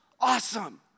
awesome